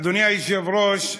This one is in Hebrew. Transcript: אדוני היושב-ראש,